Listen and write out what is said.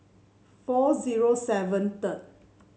four zero seven